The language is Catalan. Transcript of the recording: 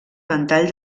ventall